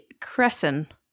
Crescent